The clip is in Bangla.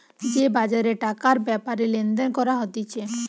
যে বাজারে টাকার ব্যাপারে লেনদেন করা হতিছে